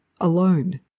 alone